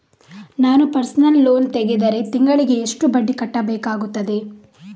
ನಾನು personal loan ತೆಗೆದರೆ ತಿಂಗಳಿಗೆ ಎಷ್ಟು ಬಡ್ಡಿ ಕಟ್ಟಬೇಕಾಗುತ್ತದೆ?